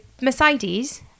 Mercedes